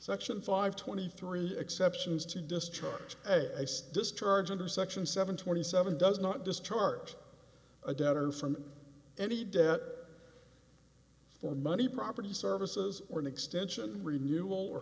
section five twenty three exceptions to discharge discharge under section seven twenty seven does not discharge a debtor from any debt for money property services or an extension renewable or